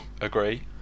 agree